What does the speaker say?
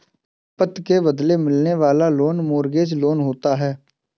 संपत्ति के बदले मिलने वाला लोन मोर्टगेज लोन होता है